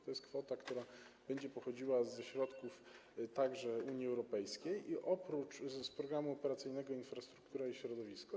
To jest kwota, która będzie pochodziła ze środków także Unii Europejskiej z Programu Operacyjnego „Infrastruktura i Środowisko”